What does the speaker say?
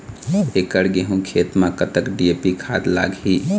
एकड़ गेहूं खेत म कतक डी.ए.पी खाद लाग ही?